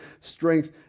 strength